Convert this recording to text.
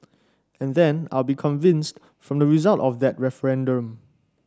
and then I will be convinced from the result of that referendum